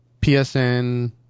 PSN